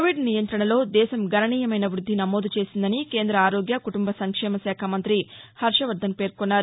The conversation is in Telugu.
కోవిడ్ నియంత్రణలో దేశం గణనీయమైన వృద్ది నమోదు చేసిందని కేంద ఆరోగ్య కుటుంబ సంక్షేమశాఖ మంతి హర్వవర్దన్ పేర్కొన్నారు